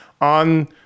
on